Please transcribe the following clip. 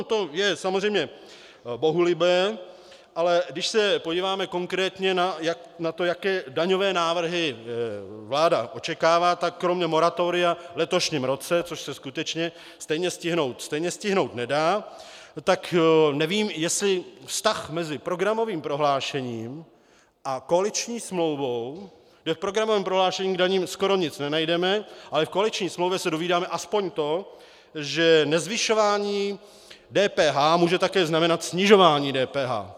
To je samozřejmě bohulibé, ale když se podíváme konkrétně na to, jaké daňové návrhy vláda očekává, tak kromě moratoria v letošním roce, což se skutečně stejně stihnout nedá, tak nevím, jestli vztah mezi programovým prohlášením a koaliční smlouvou, kde v programovém prohlášení k daním skoro nic nenajdeme, ale v koaliční smlouvě se dovídáme aspoň to, že nezvyšování DPH může také znamenat snižování DPH.